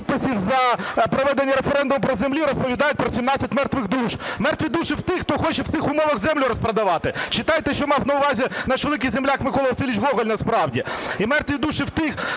"Мертві душі" в тих, хто хоче в цих умовах землю розпродавати. Читайте, що мав на увазі наш великий земляк Микола Васильович Гоголь насправді.